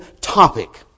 topic